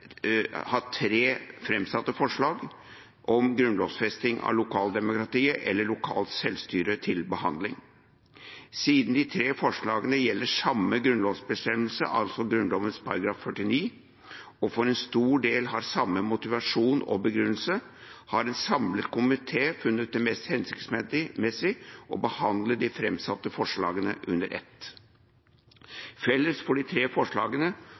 tre framsatte forslag om grunnlovfesting av lokaldemokratiet, eller lokalt selvstyre. Siden de tre forslagene gjelder samme grunnlovsbestemmelse, altså Grunnloven § 49, og for en stor del har samme motivasjon og begrunnelse, har en samlet komité funnet det mest hensiktsmessig å behandle de framsatte forslagene under ett. Felles for de tre forslagene